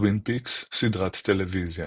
טווין פיקס – סדרת טלוויזיה